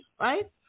right